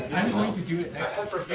i'm going to do it.